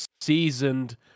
seasoned